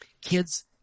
Kids